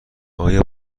آیا